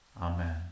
Amen